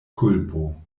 kulpo